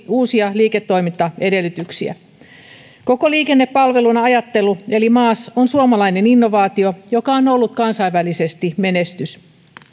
uusia liiketoimintaedellytyksiä koko liikennepalvelun ajattelu eli maas on suomalainen innovaatio joka on ollut kansainvälisesti menestys